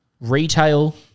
retail